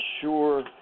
sure